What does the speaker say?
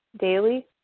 daily